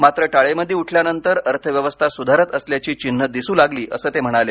मात्र टाळेबदी उठल्यानंतर अर्थव्यवस्था सुधारत असल्याची चिन्ह दिसू लागली असं ते म्हणाले